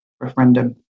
referendum